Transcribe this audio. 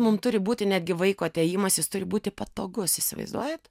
mum turi būti netgi vaiko atėjimas jis turi būti patogus įsivaizduojat